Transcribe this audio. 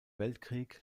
weltkrieg